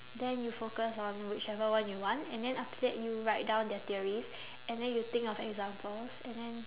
then you focus on whichever one you want and then after that you write down their theories and then you think of examples and then